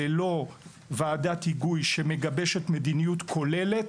ללא ועדת היגוי שמגבשת מדיניות כוללת,